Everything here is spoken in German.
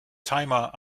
timer